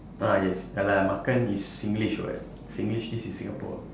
ah yes ya lah makan is singlish [what] singlish this is singapore